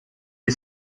est